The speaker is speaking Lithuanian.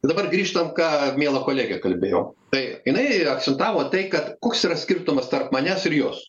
dabar grįžtam ką miela kolegė kalbėjo tai jinai akcentavo tai kad koks yra skirtumas tarp manęs ir jos